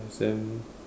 exam